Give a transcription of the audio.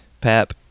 Pap